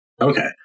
okay